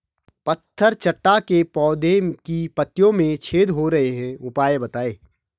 पत्थर चट्टा के पौधें की पत्तियों में छेद हो रहे हैं उपाय बताएं?